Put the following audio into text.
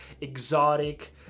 exotic